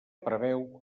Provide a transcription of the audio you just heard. preveu